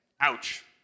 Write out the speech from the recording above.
ouch